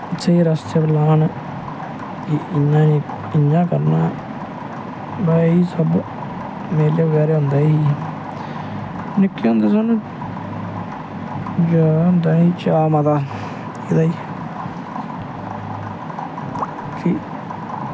स्हेई रस्ते पर लान इयां नी इयां करना भाई सब मेले बगैरा होंदे ई निक्के होंदे स्हानू इयै होंदा ही चाऽ एह्दा कि